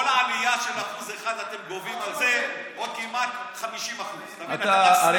כל עלייה של 1% אתם גובים על זה עוד כמעט 50%. אתה מבין?